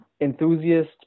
enthusiast